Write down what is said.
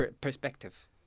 perspective